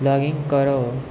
login કરો